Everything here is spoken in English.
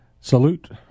salute